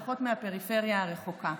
לפחות מהפריפריה הרחוקה.